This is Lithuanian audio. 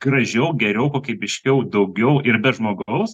gražiau geriau kokybiškiau daugiau ir be žmogaus